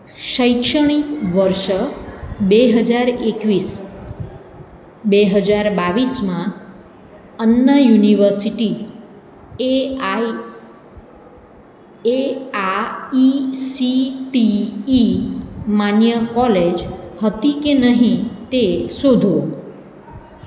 શૈક્ષણિક વર્ષ બે હજાર એકવીસ બે હજાર બાવીસમાં Anna university A I A I C T E માન્ય કોલેજ હતી કે નહિ તે શોધો